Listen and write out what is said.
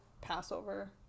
Passover